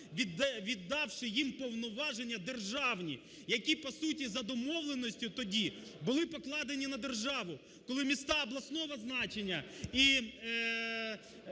віддавши їм повноваження державні, які по суті за домовленістю тоді були покладені на державу, коли міста обласного значення і